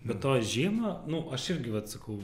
be to žino nu aš irgi vat sakau